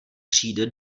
přijde